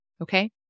Okay